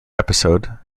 episode